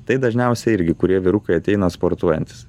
tai dažniausiai irgi kurie vyrukai ateina sportuojantys